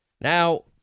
Now